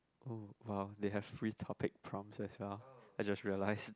oh !wow! they have three topic prompts as well I just realised